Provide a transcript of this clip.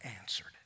answered